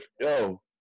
yo